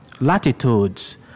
latitudes